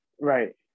Right